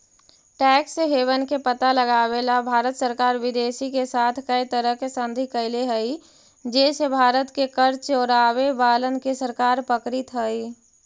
tax haven के पता लगावेला भारत सरकार विदेश के साथ कै तरह के संधि कैले हई जे से भारत के कर चोरावे वालन के सरकार पकड़ित हई